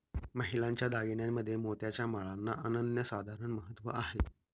महिलांच्या दागिन्यांमध्ये मोत्याच्या माळांना अनन्यसाधारण महत्त्व आहे